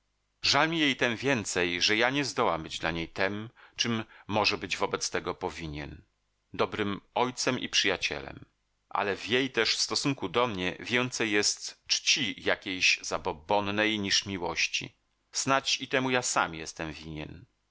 jej tem więcej że ja nie zdołam być dla niej tem czem bym może być wobec tego powinien dobrym ojcem i przyjacielem ale w jej też stosunku do mnie więcej jest czci jakiejś zabobonnej niż miłości snadź i temu ja sam jestem